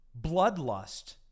bloodlust